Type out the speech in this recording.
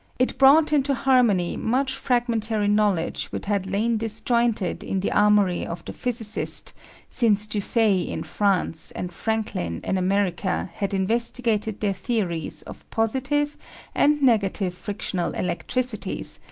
it brought into harmony much fragmentary knowledge which had lain disjointed in the armoury of the physicist since dufay in france and franklin in america had investigated their theories of positive and negative frictional electricities,